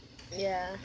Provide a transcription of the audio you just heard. ya